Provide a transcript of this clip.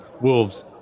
wolves